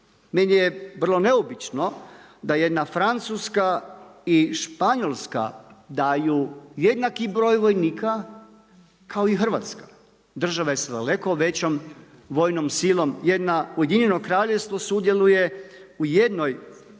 Meni je vrlo neobično da jedna Francuska i Španjolska daju jednaki broj vojnika kao i Hrvatska, države sa daleko većom vojnom silom. Jedna, Ujedinjeno Kraljevstvo sudjeluje u jednoj